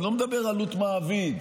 אני לא מדבר עלות מעביד,